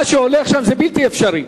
מה שהולך שם זה בלתי אפשרי.